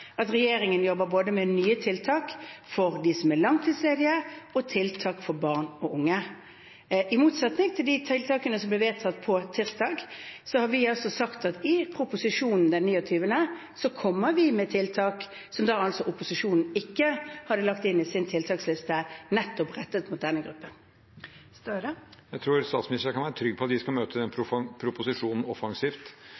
at regjeringen jobber både med nye tiltak for dem som er langtidsledige, og med tiltak for barn og unge. I motsetning til de tiltakene som ble vedtatt på tirsdag, har vi sagt at i proposisjonen den 29. kommer vi med tiltak som opposisjonen ikke hadde lagt inn i sin tiltaksliste, nettopp rettet mot denne gruppen. Det blir oppfølgingsspørsmål – først Jonas Gahr Støre. Jeg tror statsministeren kan være trygg på at vi skal møte den